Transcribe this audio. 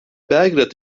belgrad